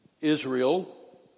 Israel